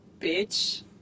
Bitch